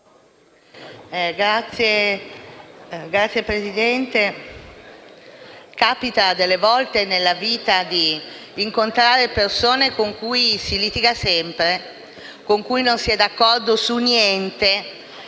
Signor Presidente, capita delle volte nella vita di incontrare persone con cui si litiga sempre, con cui non si è d'accordo su niente,